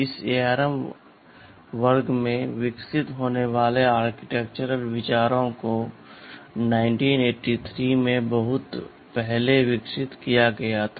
इस ARM वर्ग में विकसित होने वाले आर्किटेक्चरल विचारों को 1983 में बहुत पहले विकसित किया गया था